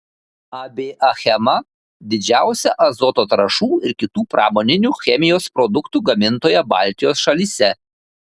ab achema didžiausia azoto trąšų ir kitų pramoninių chemijos produktų gamintoja baltijos šalyse